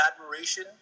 admiration